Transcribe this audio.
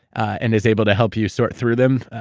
and is able to help you sort through them,